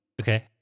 Okay